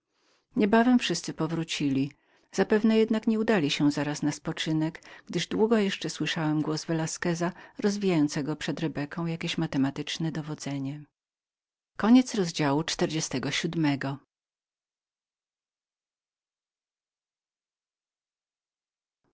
niebawem wszyscy powrócili nie musieli jednak zaraz udać się na spoczynek gdyż długo jeszcze słyszałem głos velasqueza rozwijającego przed rebeką jakieś matematyczne dowodzenie